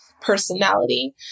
personality